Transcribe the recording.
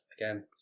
again